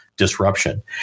disruption